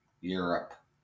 Europe